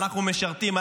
אנחנו משרתים,